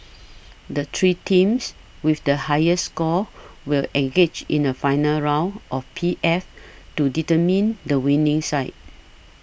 the three teams with the highest scores will engage in a final round of P F to determine the winning side